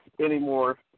anymore